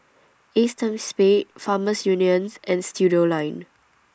ACEXSPADE Farmers Union and Studioline